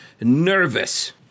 nervous